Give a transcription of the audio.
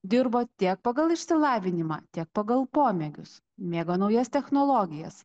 dirbo tiek pagal išsilavinimą tiek pagal pomėgius mėgo naujas technologijas